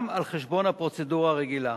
גם על חשבון הפרוצדורה הרגילה.